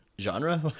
genre